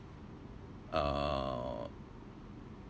uh